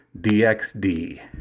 DXD